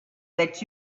that